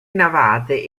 navate